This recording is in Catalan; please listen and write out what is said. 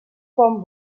quan